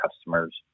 customers